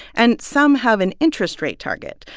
and some have an interest rate target.